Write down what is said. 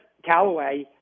Callaway